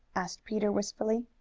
asked peter wistfully.